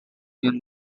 him